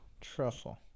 truffle